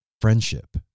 Friendship